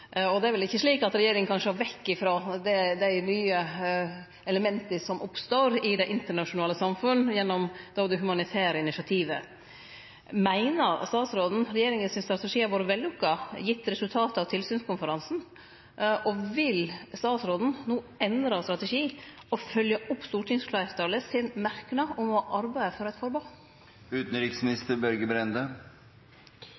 og det er vel ikkje slik at regjeringa kan sjå vekk ifrå dei nye elementa som oppstår i det internasjonale samfunnet gjennom det humanitære initiativet. Meiner statsråden at regjeringas strategi har vore vellukka, gitt resultatet av tilsynskonferansen? Og vil statsråden no endre strategi og følgje opp stortingsfleirtalet sin merknad om å arbeide for eit